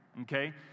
okay